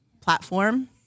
platform